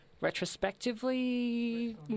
retrospectively